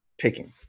taking